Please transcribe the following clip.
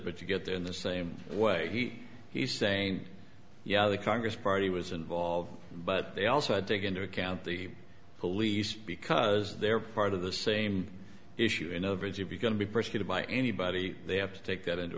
but you get there in the same way he's saying yeah the congress party was involved but they also had to go into account the police because they're part of the same issue and over it if you're going to be persecuted by anybody they have to take that into